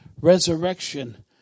resurrection